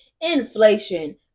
Inflation